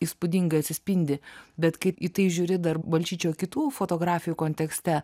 įspūdingai atsispindi bet kaip į tai žiūri dar balčyčio kitų fotografijų kontekste